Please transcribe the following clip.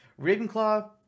ravenclaw